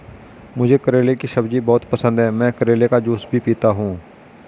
मुझे करेले की सब्जी बहुत पसंद है, मैं करेले का जूस भी पीता हूं